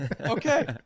okay